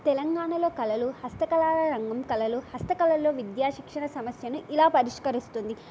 తెలంగాణలో కళలు హస్తకళల రంగం కళలు హస్తకళలో విద్యా శిక్షణ సమస్యను ఇలా పరిష్కరిస్తుంది